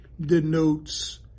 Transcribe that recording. denotes